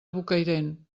bocairent